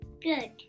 Good